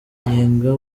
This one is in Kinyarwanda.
munyenga